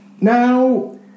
Now